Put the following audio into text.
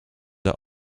are